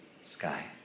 sky